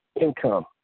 income